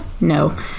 No